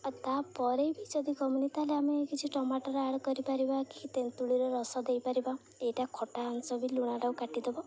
ଆ ତା'ପରେ ବି ଯଦି କମୁନି ତା'ହେଲେ ଆମେ କିଛି ଟୋମାଟର ଆଡ଼ କରିପାରିବା କି ତେନ୍ତୁଳିର ରସ ଦେଇପାରିବା ଏଇଟା ଖଟା ଅଂଶ ବି ଲୁଣଟାକୁ କାଟିଦବ